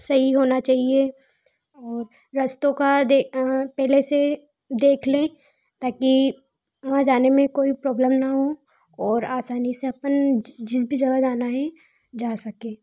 सही होना चाहिए और रस्तों का दे पहले से देख लें ताकि वहाँ जाने में कोई प्रोब्लम ना हो और आसानी से अपन जिस भी जगह जाना है जा सकें